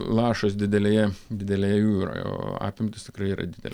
lašas didelėje didelėje jūroje o apimtys tikrai yra didelės